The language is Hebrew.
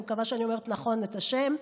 אני מקווה שאני אומרת נכון את השם,